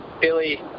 Billy